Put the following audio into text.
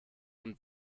und